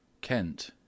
Kent